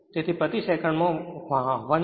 તેથી તે પ્રતિ સેકન્ડમાં 100